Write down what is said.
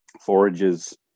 forages